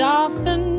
often